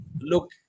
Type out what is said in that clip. look